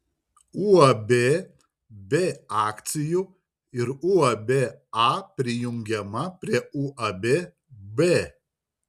uab b akcijų ir uab a prijungiama prie uab b